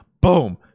boom